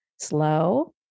slow